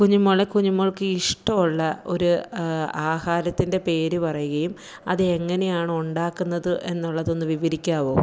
കുഞ്ഞു മോളെ കുഞ്ഞു മോള്ക്ക് ഇഷ്ടമുള്ള ഒരു ആഹാരത്തിന്റെ പേര് പറയുകയും അത് എങ്ങനെയാണ് ഉണ്ടാക്കുന്നത് എന്നൊള്ളത് ഒന്നു വിവരിക്കാമോ